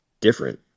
different